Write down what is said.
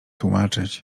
tłumaczyć